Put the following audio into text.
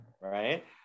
Right